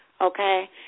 Okay